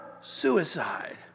suicide